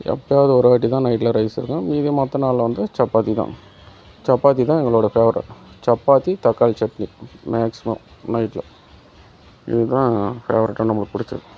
எப்பயாவது ஒரு வாட்டி தான் நைட்டில் ரைஸ் இருக்கும் மீதி மற்ற நாளில் வந்து சப்பாத்தி தான் சப்பாத்தி தான் எங்களோடய ஃபேவரெட் சப்பாத்தி தக்காளி சட்னி மேக்ஸிமம் நைட்டில் இது தான் ஃபேவரட்டாக நம்மளுக்கு பிடிச்சது